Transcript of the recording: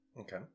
Okay